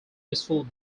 useful